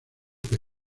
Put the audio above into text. que